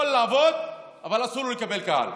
יכול לעבוד, אבל אסור לו לקבל קהל,